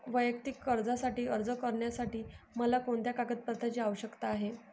वैयक्तिक कर्जासाठी अर्ज करण्यासाठी मला कोणत्या कागदपत्रांची आवश्यकता आहे?